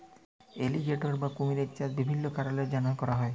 alligator বা কুমিরের চাষ বিভিল্ল্য কারলের জ্যনহে ক্যরা হ্যয়